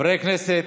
חברי הכנסת.